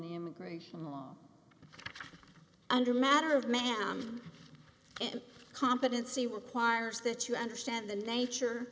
the immigration law under matter of man and competency repliers that you understand the nature